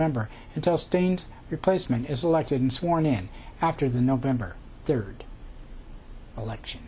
stained replacement is elected and sworn in after the november third election